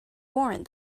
warrant